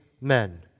men